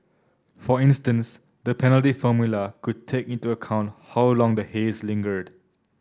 for instance the penalty formula could take into account how long the haze lingered